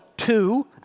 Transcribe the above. two